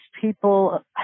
people